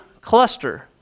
cluster